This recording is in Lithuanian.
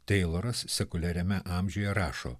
teiloras sekuliariame amžiuje rašo